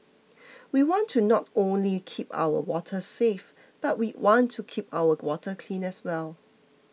we want to not only keep our waters safe but we want to keep our water clean as well